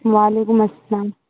وعلیکم السلام